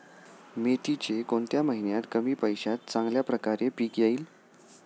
मेथीचे कोणत्या महिन्यात कमी पैशात चांगल्या प्रकारे पीक येईल?